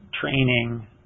training